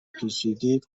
پیچیدید